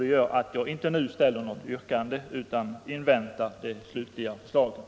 Det gör att jag inte nu ställer något särskilt yrkande utan inväntar det slutliga förslaget.